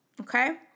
Okay